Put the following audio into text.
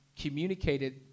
communicated